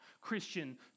Christian